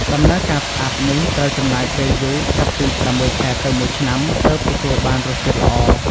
ដំណើរការផ្អាប់ នេះត្រូវចំណាយពេលយូរ ចាប់ពី ប្រាំមួយខែទៅមួយឆ្នាំ ទើបទទួលបានរសជាតិល្អ។